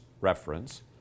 reference